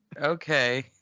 Okay